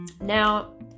Now